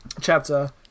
chapter